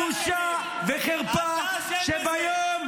מי שחרר את מנהל שיפא,